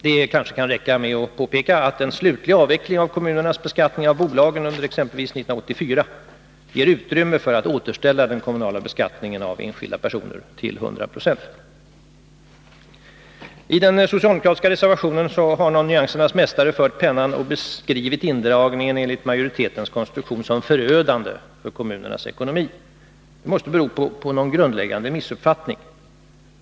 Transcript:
Det kan kanske räcka med att påpeka att den slutliga avvecklingen av kommunernas beskattning av bolagen under exempelvis 1984 ger utrymme för att återställa den kommunala beskattningen av enskilda personer till 100 96. I den socialdemokratiska reservationen har någon nyansernas mästare fört pennan och beskrivit indragningen enligt majoritetens konstruktion som förödande för kommunernas ekonomi. Det måste bero på någon grundläggande missuppfattning.